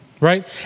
right